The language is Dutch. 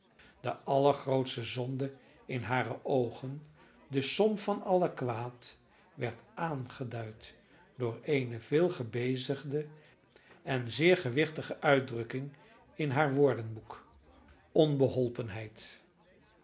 de allergrootste zonde in hare oogen de som van alle kwaad werd aangeduid door eene veel gebezigde en zeer gewichtige uitdrukking in haar woordenboek onbeholpenheid